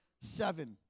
seven